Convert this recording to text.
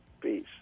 Peace